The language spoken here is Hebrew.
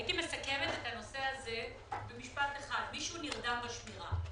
הייתי מסכמת את הנושא הזה במשפט אחד: מישהו נרדם בשמירה.